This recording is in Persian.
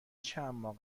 چندماه